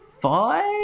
five